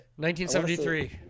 1973